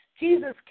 Jesus